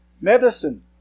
medicine